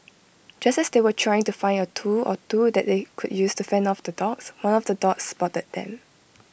just as they were trying to find A tool or two that they could use to fend off the dogs one of the dogs spotted them